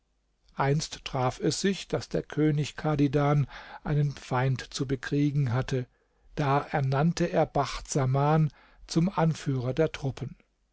einst traf es sich daß der könig chadidan einen feind zu bekriegen hatte da ernannte er bacht saman zum anführer der truppen